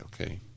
okay